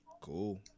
Cool